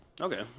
Okay